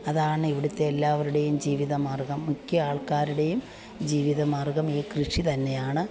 അതാണ് ഇവിടത്തെ എല്ലാവരുടെയും ജീവിതമാർഗം മിക്ക ആൾക്കാരുടെയും ജീവിതമാർഗം ഈ കൃഷി തന്നെയാണ്